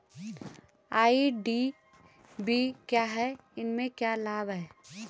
IDV क्या है इसमें क्या लाभ है?